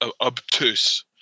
obtuse